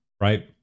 right